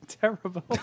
terrible